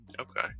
Okay